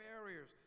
barriers